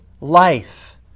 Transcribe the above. life